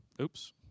Oops